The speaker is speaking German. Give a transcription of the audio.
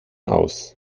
aus